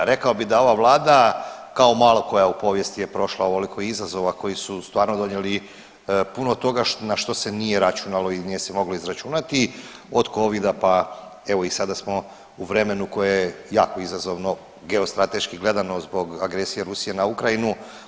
Rekao bi da ova vlada kao malo koja u povijesti je prošla ovoliko izazova koji su stvarno donijeli puno toga na što se nije računalo i nije se moglo izračunati, od Covida pa evo i sada smo u vremenu koje je jako izazovno geostrateški gledano zbog agresije Rusije na Ukrajinu.